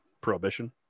Prohibition